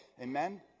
Amen